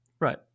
Right